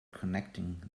connecting